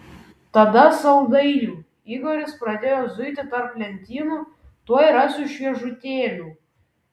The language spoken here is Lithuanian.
tada saldainių igoris pradėjo zuiti tarp lentynų tuoj rasiu šviežutėlių